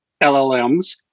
LLMs